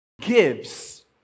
gives